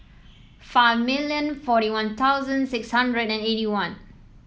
five million forty One Thousand six hundred and eighty one